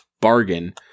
bargain –